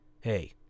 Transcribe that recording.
hey